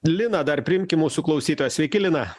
lina dar priimkim mūsų klausytoją sveiki lina